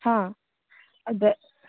हाँ दा